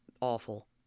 awful